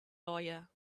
lawyer